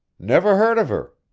never heard of her,